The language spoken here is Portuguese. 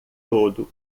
todo